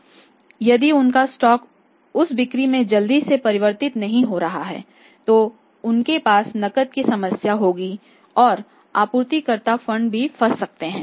यदि उनका स्टॉक उस बिक्री में जल्दी से परिवर्तित नहीं हो रहा है तो उनके पास नकद की समस्या होगी और आपूर्तिकर्ता फंड भी फंस सकते हैं